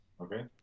Okay